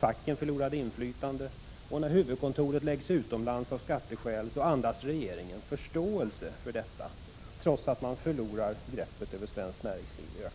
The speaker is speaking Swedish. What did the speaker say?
Facken förlorade inflytande, och när huvudkontoret av skatteskäl lades utomlands andades regeringen förståelse för detta, trots att man därigenom i ökande grad förlorar greppet över svenskt näringsliv!